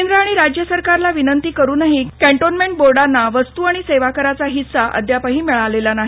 केंद्र आणि राज्य सरकारला विनंती करूनही कॅन्टोन्मेंट बोर्डांना वस्तू आणि सेवा कराचा हिस्सा अद्यापही मिळालेला नाही